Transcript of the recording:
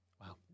wow